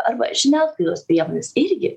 arba žiniasklaidos priemonės irgi